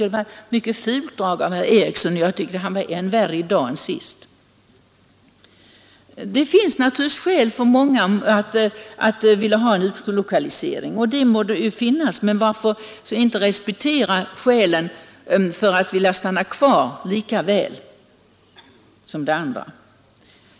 Det var ett fult drag av herr Eriksson, och han var ännu värre i dag än förra gången. Det finns naturligtvis skäl för många att vilja flytta ut — det må det väl finnas — men varför inte lika väl respektera skälen för att vilja stanna kvar?